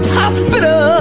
hospital